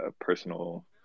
personal